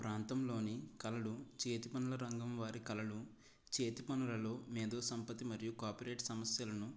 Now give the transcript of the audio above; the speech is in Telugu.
మా ప్రాంతంలోని కళలు చేతి పనులరంగం వారి కళలు చేతిపనులలో మేదో సంపత్తి మరియు కాపీరైట్ సమస్యలను